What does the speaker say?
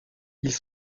ils